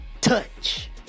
Touch